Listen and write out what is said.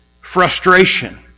frustration